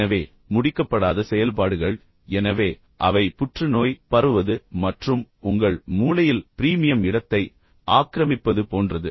எனவே முடிக்கப்படாத செயல்பாடுகள் எனவே அவை புற்றுநோய் பரவுவது மற்றும் உங்கள் மூளையில் பிரீமியம் இடத்தை ஆக்கிரமிப்பது போன்றது